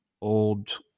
old